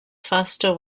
faster